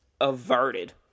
averted